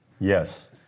Yes